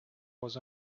was